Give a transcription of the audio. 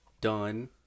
done